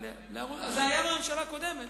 אז זה היה בממשלה הקודמת,